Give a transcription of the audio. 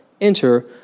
enter